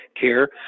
care